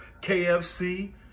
KFC